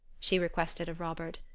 she requested of robert.